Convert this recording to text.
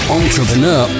entrepreneur